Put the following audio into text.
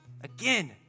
Again